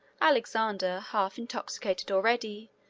alexander, half intoxicated already,